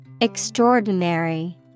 Extraordinary